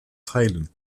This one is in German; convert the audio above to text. teilen